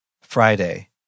Friday